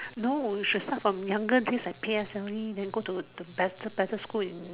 no you should start from younger days like P_S_L_E then go to the better better school in